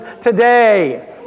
today